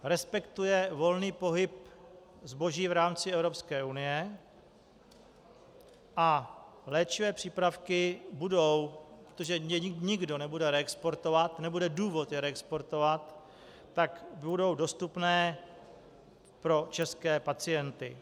Respektuje volný pohyb zboží v rámci Evropské unie a léčivé přípravky budou, protože je nikdo nebude reexportovat, nebude důvod je reexportovat, tak budou dostupné pro české pacienty.